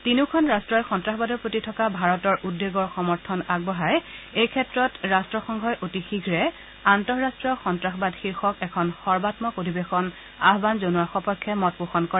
তিনিওখন ৰট্টই সন্তাসবাদৰ প্ৰতি থকা বাৰতৰ উদ্বেগৰ সমৰ্থন আগবঢ়াই এই ক্ষেত্ৰত ৰাষ্ট্ৰসংঘই অতি শীঘে আন্তঃৰষ্টীয় সন্নাসবাদ শীৰ্ষক এখন সৰ্বাম্মক অধিৱেশন আয়ান জনোৱাৰ সপক্ষে মতপোষন কৰে